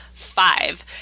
five